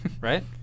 Right